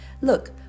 Look